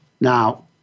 Now